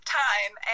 time